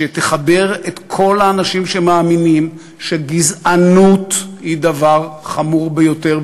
שתחבר את כל האנשים שמאמינים שגזענות היא דבר חמור ביותר.